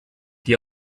die